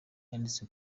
yanditse